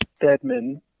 Deadman